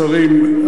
השרים,